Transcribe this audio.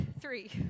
three